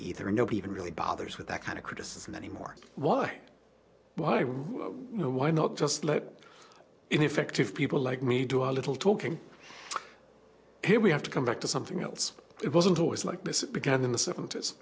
either and nobody even really bothers with that kind of criticism anymore why why rule why not just let ineffective people like me do a little talking here we have to come back to something else it wasn't always like this it began in the sevent